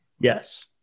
Yes